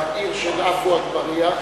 בעיר של עפו אגבאריה,